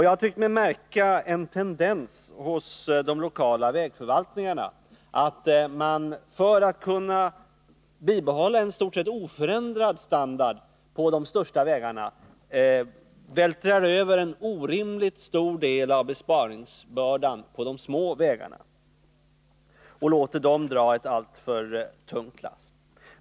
Jag tycker mig ha märkt en tendens hos de lokala vägförvaltningarna att man för att kunna bibehålla en i stort sett oförändrad standard på de största vägarna vältrar över en orimligt stor del av besparingsbördan på de små vägarna och låter dessa dra ett alltför tungt lass.